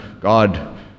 God